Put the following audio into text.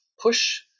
push